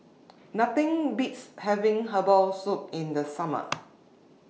Nothing Beats having Herbal Soup in The Summer